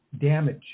damage